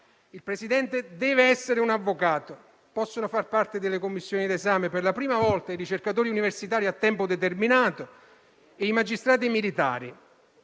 Il presidente deve essere un avvocato; possono far parte delle commissioni d'esame per la prima volta i ricercatori universitari a tempo determinato e i magistrati militari.